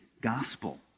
gospel